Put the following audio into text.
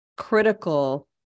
critical